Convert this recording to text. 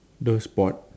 the sport